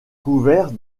couvert